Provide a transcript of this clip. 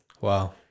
Wow